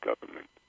government